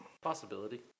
Possibility